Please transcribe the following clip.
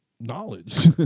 knowledge